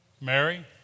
Mary